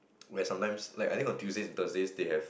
where sometimes like I think on Tuesday or Thursday they have